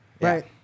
right